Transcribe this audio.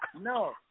No